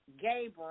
Gabriel